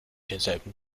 denselben